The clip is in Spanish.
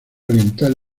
oriental